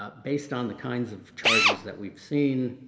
ah based on the kinds of charges that we've seen,